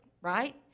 right